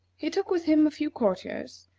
he took with him a few courtiers,